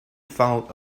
fouled